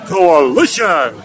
Coalition